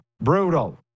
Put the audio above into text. Brutal